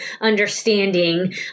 understanding